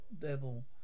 devil